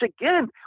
again